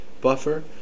buffer